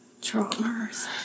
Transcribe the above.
traumas